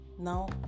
Now